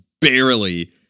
barely